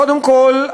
קודם כול,